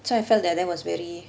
so I felt that that was very